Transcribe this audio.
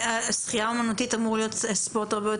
שחייה אומנותית אמור להיות ספורט הרבה יותר קשה.